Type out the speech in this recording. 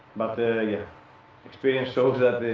but yeah experience shows that